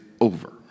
over